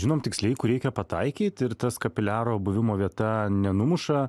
žinom tiksliai kur reikia pataikyt ir tas kapiliaro buvimo vieta nenumuša